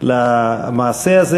בנאומים בני דקה למעשה הזה.